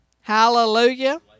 Hallelujah